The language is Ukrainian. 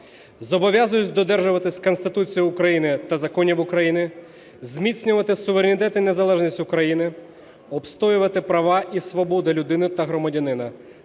Зобов'язуюся додержуватися Конституції України та законів України, зміцнювати суверенітет і незалежність України, обстоювати права і свободи людини та громадянина,